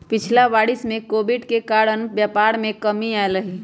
पिछिला वरिस में कोविड के कारणे व्यापार में कमी आयल हइ